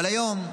אבל היום,